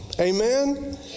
Amen